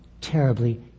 terribly